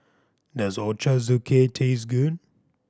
does Ochazuke taste good